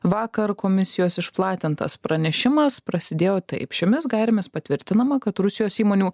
vakar komisijos išplatintas pranešimas prasidėjo taip šiomis gairėmis patvirtinama kad rusijos įmonių